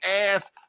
ass